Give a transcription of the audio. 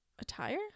Attire